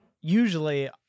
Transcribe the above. usually